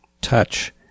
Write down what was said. touch